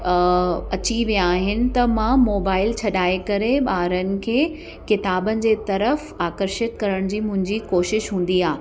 अची विया आहिनि त मां मोबाइल छॾाए करे ॿारनि खे किताबनि जे तर्फ़ु आकर्षित करण जी मुंहिंजी कोशिशि हूंदी आहे